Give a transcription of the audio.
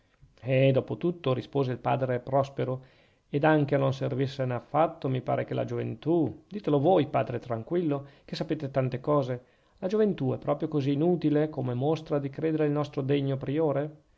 eh dopo tutto rispose il padre prospero ed anche a non servirsene affatto mi pare che la gioventù ditelo voi padre tranquillo che sapete tante cose la gioventù è proprio così inutile come mostra di credere il nostro degno priore